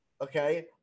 okay